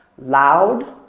loud,